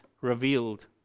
revealed